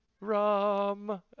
rum